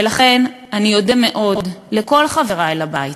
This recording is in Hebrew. ולכן אני אודה מאוד לכל חברי לבית,